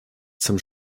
zum